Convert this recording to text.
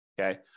Okay